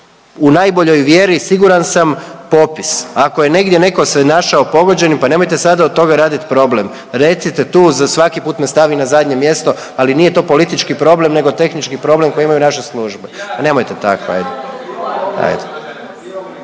u najboljoj vjeri siguran sam popis. Ako je negdje neko se našao pogođenim, pa nemojte sada od toga radit problem, recite tu za svaki put me stavi na zadnje mjesto, ali nije to politički problem nego tehnički problem koji imaju naše službe. …/Upadica